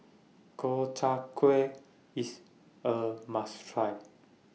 Gobchang Gui IS A must Try